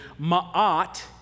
ma'at